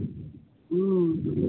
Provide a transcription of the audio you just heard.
हूँ